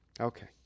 Okay